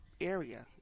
area